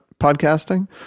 podcasting